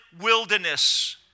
wilderness